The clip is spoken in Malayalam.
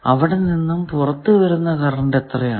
അവിടെ നിന്നും പുറത്തു വരുന്ന കറന്റ് എത്രയാണ്